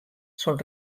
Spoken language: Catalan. són